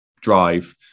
Drive